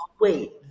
Wait